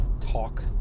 talk